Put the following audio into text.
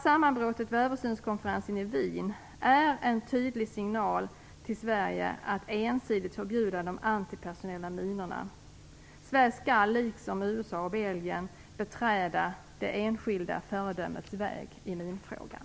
Sammanbrottet vid översynskonferensen i Wien är en tydlig signal till Sverige att ensidigt förbjuda de antipersonella minorna. Sverige skall, liksom USA och Belgien, beträda det enskilda föredömets väg i minfrågan.